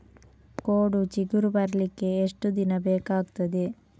ಕೋಡು ಚಿಗುರು ಬರ್ಲಿಕ್ಕೆ ಎಷ್ಟು ದಿನ ಬೇಕಗ್ತಾದೆ?